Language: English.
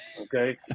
Okay